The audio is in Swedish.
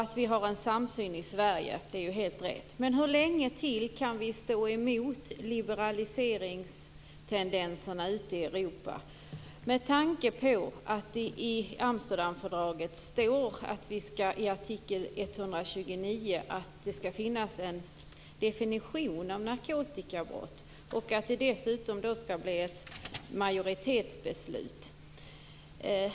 Det är helt riktigt att vi i Sverige har en samsyn på detta, men hur länge till kan vi stå emot liberaliseringstendenserna ute i Europa med tanke på att det i Amsterdamfördragets artikel 129 står att det skall finnas en definition av narkotikabrott och att majoritetsbeslut skall tillämpas?